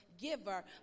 giver